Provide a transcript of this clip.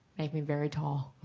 make me very tall.